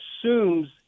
assumes